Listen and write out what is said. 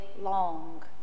long